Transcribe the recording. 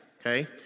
okay